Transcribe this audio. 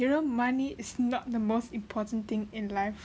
you know money is not the most important thing in life